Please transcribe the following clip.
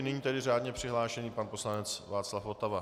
Nyní tedy řádně přihlášený pan poslanec Václav Votava.